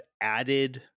added